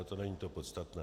Ale to není to podstatné.